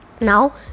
Now